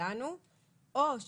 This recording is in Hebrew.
הגנה זו תעמוד לנתבע למשך פרק הזמן